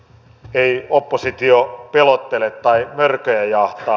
ei oppositio pelottele tai mörköjä jahtaa